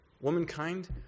womankind